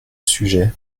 sujet